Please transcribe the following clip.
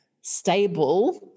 stable